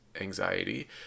anxiety